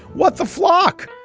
what's the flock.